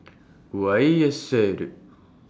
Y S L